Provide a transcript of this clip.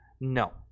No